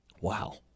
Wow